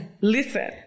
listen